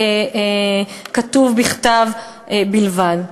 כתוב בכתב בלבד.